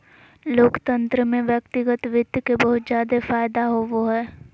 लोकतन्त्र में व्यक्तिगत वित्त के बहुत जादे फायदा होवो हय